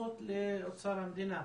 והכנסות לאוצר המדינה,